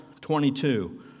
22